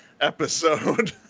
episode